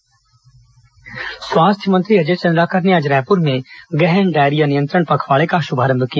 diarrhoea नियंत्रण पखवाडा स्वास्थ्य मंत्री अजय चन्द्राकर ने आज रायपुर में गहन डायरिया नियंत्रण पखवाड़े का शुभारंभ किया